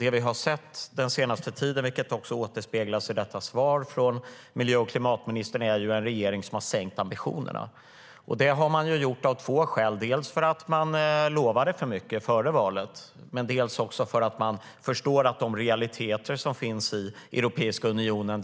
Det vi har sett den senaste tiden, vilket återspeglas i svaret från miljö och klimatministern, är en regering som har sänkt ambitionerna. Det har man gjort av två skäl: dels för att man lovade för mycket före valet, dels för att man förstår de realiteter som finns i Europeiska unionen.